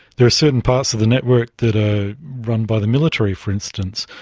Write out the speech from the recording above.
there are certain parts of the network that are run by the military, for instance.